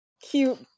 cute